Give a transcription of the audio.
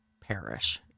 perish